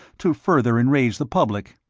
to further enrage the public,